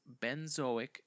benzoic